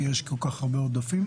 כי יש כל כך הרבה עודפים?